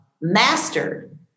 mastered